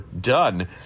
Done